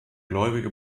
gläubige